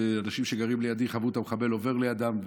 אנשים שגרים לידי חוו את המחבל עובר לידם,